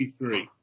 1983